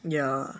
yeah